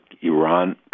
Iran